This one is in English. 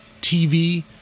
TV